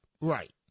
right